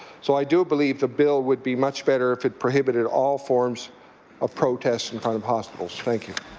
so i do believe the bill would be much better if it prohibited all forms of protests in front of hospitals. thank you.